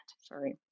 sorry